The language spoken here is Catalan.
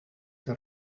que